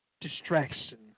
distraction